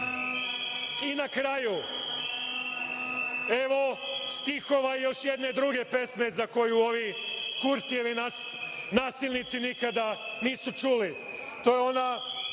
na kraju, evo stihova još jedne druge pesme za koju ovi Kurtijevi nasilnici nikada nisu čuli. To je ona